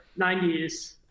90s